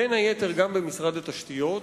בין היתר במשרד התשתיות.